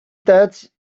that